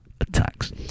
attacks